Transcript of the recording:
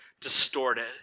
distorted